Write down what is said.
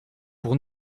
pour